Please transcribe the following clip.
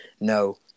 No